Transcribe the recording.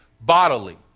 bodily